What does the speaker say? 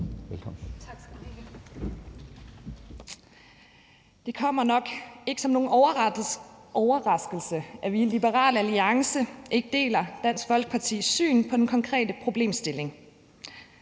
Det kommer nok ikke som nogen overraskelse, at vi i Liberal Alliance ikke deler Dansk Folkepartis syn på den konkrete problemstilling.